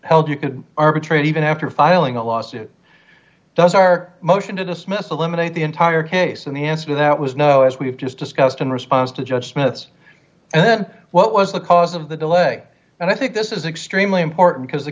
held you could arbitrate even after filing a lawsuit does our motion to dismiss eliminate the entire case and the answer to that was no as we've just discussed in response to judge smith's and then what was the cause of the delay and i think this is extremely important because the